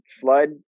flood